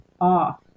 off